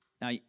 Now